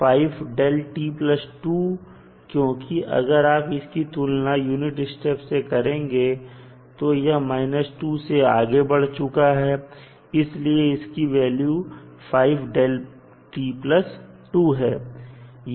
यह 5 क्योंकि अगर आप इसकी तुलना यूनिट स्टेप से करेंगे तो यह 2 से आगे बढ़ चुका है इसलिए इसकी वैल्यू 5 है